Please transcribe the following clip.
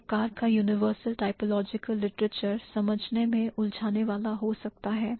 किस प्रकार का universal typological literature को समझने में उलझाने वाला हो सकता है